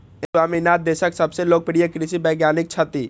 M S Swaminathan देशक सबसं लोकप्रिय कृषि वैज्ञानिक छथि